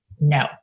No